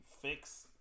fix